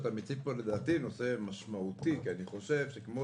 אתה מציג פה נושא משמעותי כי אני חושב שכמו